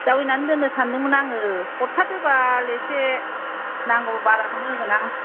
जावैनानै दोननो सान्दोंमोन आङो हरथारदो बाल एसे नांगौबा बाराखौनो होगोन आं